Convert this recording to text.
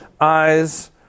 Eyes